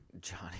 Johnny